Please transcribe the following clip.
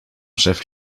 chef